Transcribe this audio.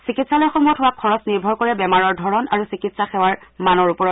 চিকিৎসালয়সমূহত হোৱা খৰচ নিৰ্ভৰ কৰে বেমাৰৰ ধৰণ আৰু চিকিৎসা সেৱাৰ মানৰ ওপৰত